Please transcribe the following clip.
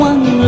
One